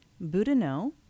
Boudinot